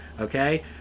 Okay